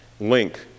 link